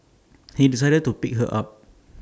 he decided to pick her up